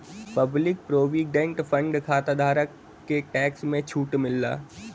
public provident fund खाताधारक के tax में छूट मिलला